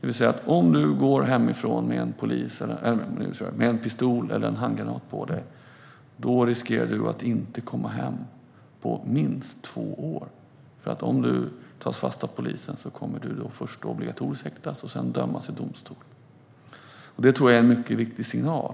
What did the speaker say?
Om man går hemifrån med en pistol eller handgranat på sig riskerar man alltså att inte komma hem på minst två år. Om man tas fast av polisen kommer man först att obligatoriskt häktas och sedan dömas i domstol. Jag tror att det är en mycket viktig signal.